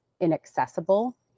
inaccessible